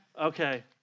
Okay